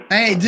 Hey